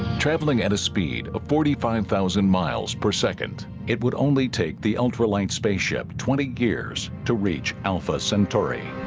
traveling at a speed of forty five thousand miles per second it would only take the ultra light spaceship twenty gears to reach alpha centauri